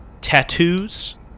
tattoos